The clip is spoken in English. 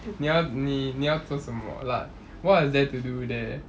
你要你你要做什么 like what is there to do there